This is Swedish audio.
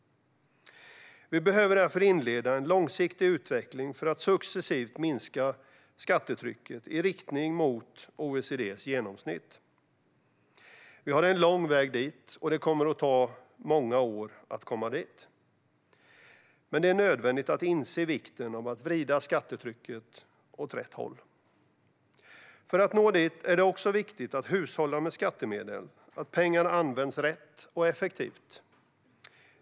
Vi behöver därför inleda en långsiktig utveckling för att successivt minska skattetrycket i riktning mot OECD:s genomsnitt. Vi har lång väg dit, och det kommer att ta många år att komma dit. Men det är nödvändigt att inse vikten av att vrida skattetrycket åt rätt håll. För att nå dit är det också viktigt att hushålla med skattemedel. Pengarna ska användas rätt och effektivt.